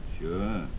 Sure